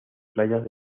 playas